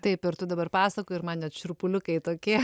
taip ir tu dabar pasakoji ir man net šiurpuliukai tokie